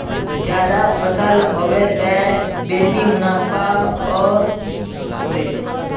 ज्यादा फसल ह बे त बेसी मुनाफाओ ह बे